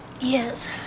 Yes